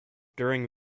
during